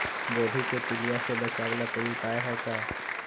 गोभी के पीलिया से बचाव ला कोई उपाय है का?